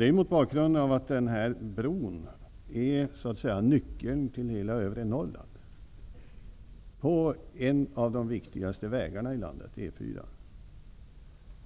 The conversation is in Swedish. Det är mot bakgrund av att den här bron är så att säga nyckeln till hela övre Norrland, på en av de viktigaste vägarna i landet, E 4.